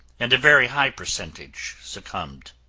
and a very high percentage succumbed.